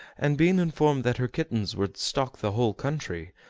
and being informed that her kittens would stock the whole country,